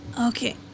okay